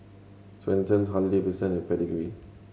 Swensens Harley Davidson and Pedigree